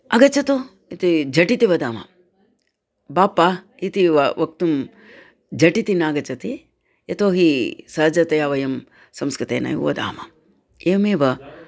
आगच्छतु इति झटिति वदामः बाप्पा इति वक्तुं झटिति न आगच्छति यतोहि सहजतया वयं संस्कृतेनैव वदामः एवमेव